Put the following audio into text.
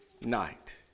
night